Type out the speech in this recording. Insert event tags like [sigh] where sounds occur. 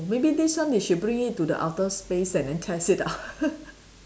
maybe this one they should bring it to the outer space and then test it out [laughs]